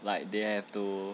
like they have to